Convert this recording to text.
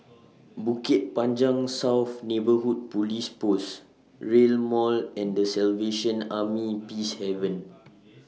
Bukit Panjang South Neighbourhood Police Post Rail Mall and The Salvation Army Peacehaven